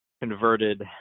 Converted